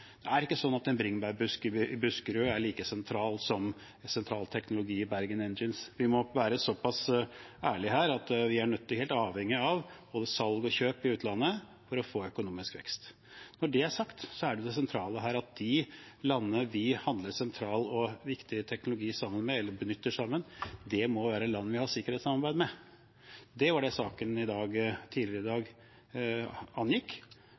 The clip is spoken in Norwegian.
Det er ikke slik at en bringebærbusk i Buskerud er like sentral som sentral teknologi i Bergen Engines. Vi må være såpass ærlige her og si at vi er nok helt avhengige av både salg og kjøp i utlandet for å få økonomisk vekst. Når det er sagt, er det sentrale her at de landene vi handler sentral og viktig teknologi sammen med – eller benytter sammen – må være land vi har sikkerhetssamarbeid med. Det var det saken tidligere i dag angikk,